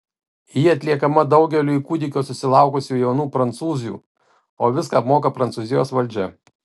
ji atliekama daugeliui kūdikio susilaukusių jaunų prancūzių o viską apmoka prancūzijos valdžia